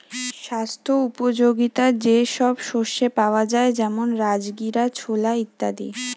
স্বাস্থ্য উপযোগিতা যে সব শস্যে পাওয়া যায় যেমন রাজগীরা, ছোলা ইত্যাদি